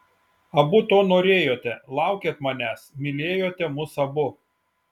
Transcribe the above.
abu to norėjote laukėt manęs mylėjote mus abu